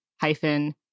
hyphen